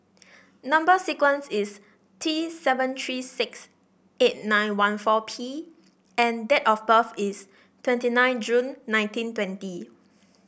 number sequence is T seven three six eight nine one four P and date of birth is twenty nine June nineteen twenty